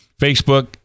facebook